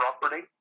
property